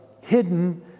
hidden